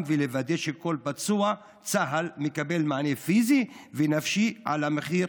ולוודא שכל פצוע צה"ל מקבל מענה פיזי ונפשי על המחיר